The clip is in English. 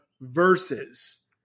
versus